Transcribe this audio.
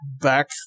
back